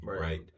Right